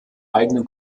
eigenen